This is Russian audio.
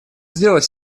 сделать